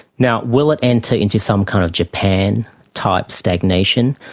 now, will it enter into some kind of japan type stagnation?